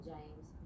James